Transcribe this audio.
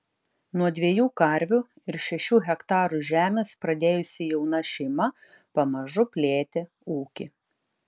nuo dviejų karvių ir šešių hektarų žemės pradėjusi jauna šeima pamažu plėtė ūkį